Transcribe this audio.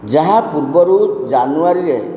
ଯାହା ପୂର୍ବରୁ ଜାନୁଆରୀରେ